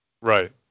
Right